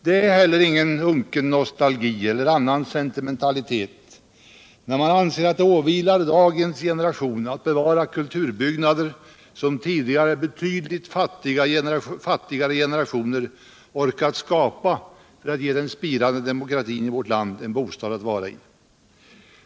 Det är heller ingen unken nostalgi eller annan sentimentalitet när man anser att det åvilar dagens generation att bevara kulturbyggnader som tidigare betydligt fattigare generationer orkat skapa för att ge den spirande demokratin i vårt land en bostad att vara i.